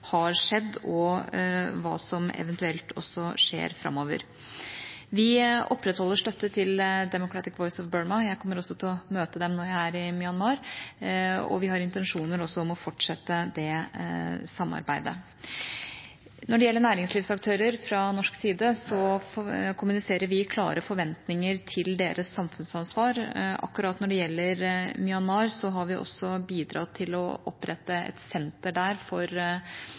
eventuelt skjer framover. Vi opprettholder støtte til Democratic Voice of Burma. Jeg kommer også til å møte dem når jeg er i Myanmar, og vi har også intensjoner om å fortsette det samarbeidet. Når det gjelder næringslivsaktører fra norsk side, så kommuniserer vi klare forventninger til deres samfunnsansvar. Akkurat når det gjelder Myanmar, har vi også bidratt til å opprette et senter der for